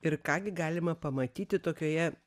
ir ką gi galima pamatyti tokioje